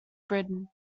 britain